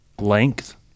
length